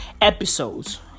episodes